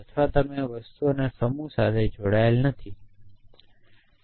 અથવા તમે વસ્તુઓના સમૂહ સાથે જોડાયેલા નથી જે નશ્વર છે